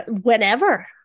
Whenever